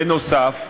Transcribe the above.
בנוסף,